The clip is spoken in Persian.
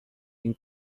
این